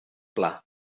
pla